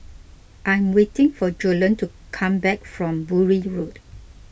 I am waiting for Joellen to come back from Bury Road